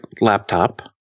laptop